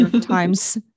Times